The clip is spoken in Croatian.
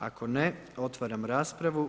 Ako ne, otvaram raspravu.